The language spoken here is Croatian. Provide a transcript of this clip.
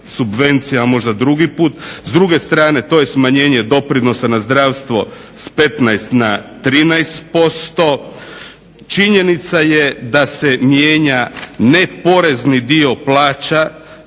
subvencija možda drugi put. S druge strane to je smanjenje doprinosa na zdravstvo s 15 na 13%. Činjenica je da se mijenja neporezni dio plaća